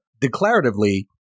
declaratively